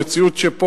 המציאות פה,